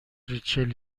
ریچل